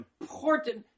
important